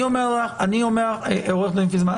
אני אומר לך עו"ד פיסמן,